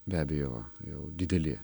be abejo jau dideli